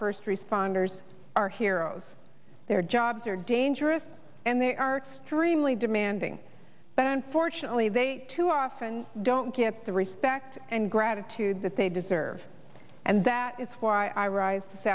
first responders our heroes their jobs are dangerous and they are extremely demanding but unfortunately they too often don't get the respect and gratitude that they deserve and that is why i rise